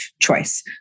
choice